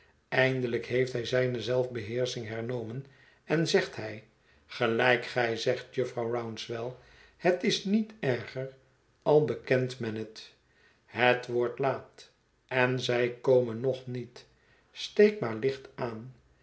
eindelijk heeft hij zijne zelfbeheersching hernomen en zegt hij gelijk gij zegt jufvrouw rouncewell het is niet erger al bekent men het het wordt laat en zij komen nog niet steek maar licht aan